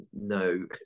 no